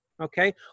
okay